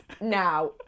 now